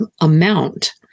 amount